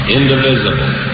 indivisible